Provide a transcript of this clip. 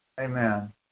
Amen